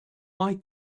why